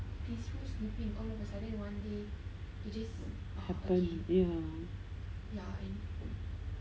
mm ya